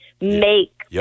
make